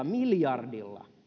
miljardilla